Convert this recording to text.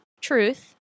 truth